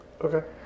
Okay